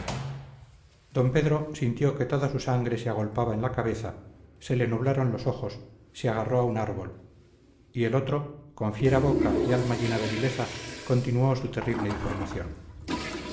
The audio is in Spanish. d pedro sintió que toda su sangre se le agolpaba en la cabeza se le nublaron los ojos se agarró a un árbol y el otro con fiera boca y alma llena de vileza continuó su terrible información